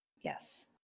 yes